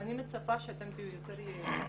מצפה שאתם תהיו יותר יעילים.